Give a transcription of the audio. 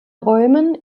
räumen